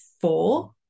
four